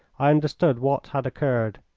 i understood what had occurred.